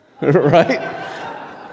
Right